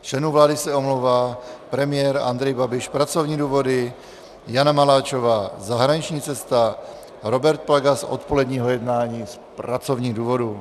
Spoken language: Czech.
Z členů vlády se omlouvá premiér Andrej Babiš pracovní důvody, Jana Maláčová zahraniční cesta, Robert Plaga z odpoledního jednání z pracovních důvodů.